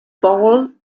ball